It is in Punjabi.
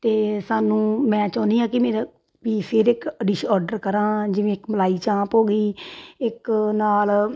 ਤੇ ਸਾਨੂੰ ਮੈਂ ਚਾਹੁੰਦੀ ਆ ਕੀ ਮੇਰਾ ਵੀ ਫਿਰ ਇੱਕ ਡਿਸ਼ ਔਡਰ ਕਰਾਂ ਜਿਵੇਂ ਇੱਕ ਮਲਾਈ ਚਾਂਪ ਹੋ ਗਈ ਇੱਕ ਨਾਲ